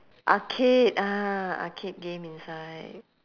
arcade ah arcade game inside